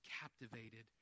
captivated